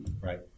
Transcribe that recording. right